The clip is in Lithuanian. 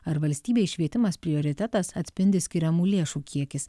ar valstybei švietimas prioritetas atspindi skiriamų lėšų kiekis